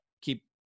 keep